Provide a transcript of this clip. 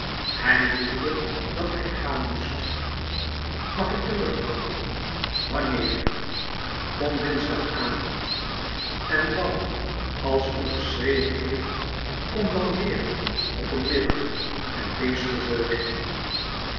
hij voelde dat hij gaan moest mag ik terugkomen wanneer kom dinsdag avond en dan als u geschreven heeft kom dan weêr op een middag en lees me voor